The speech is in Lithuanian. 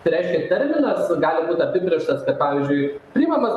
tai reiškia terminas gali būt apibrėžtas pavyzdžiui priimamas